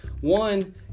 One